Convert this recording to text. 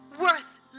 worth